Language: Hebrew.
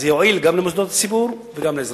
אז זה יועיל גם למוסדות הציבור וגם לאזרחים.